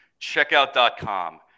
checkout.com